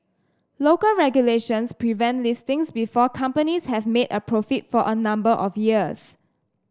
local regulations prevent listings before companies have made a profit for a number of years